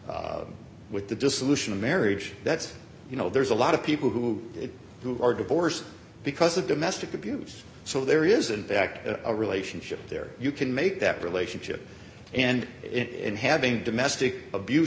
with with the dissolution of marriage that's you know there's a lot of people who who are divorced because of domestic abuse so there is in fact a relationship there you can make that relationship and in having domestic abuse